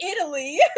Italy